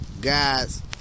guys